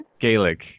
Gaelic